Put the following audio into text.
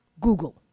Google